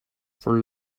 for